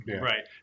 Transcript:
right